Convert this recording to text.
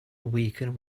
weaken